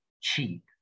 cheap